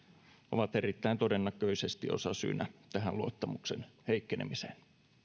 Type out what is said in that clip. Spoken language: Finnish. ovat erittäin todennäköisesti osasyynä tähän luottamuksen heikkenemiseen